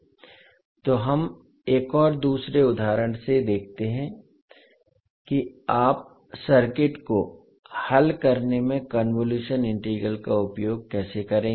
तो हम एक दूसरे उदाहरण से देखते हैं कि आप सर्किट को हल करने में कन्वोलुशन इंटीग्रल का उपयोग कैसे करेंगे